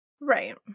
Right